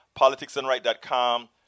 politicsandright.com